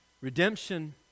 Redemption